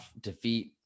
defeat